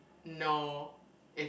no it's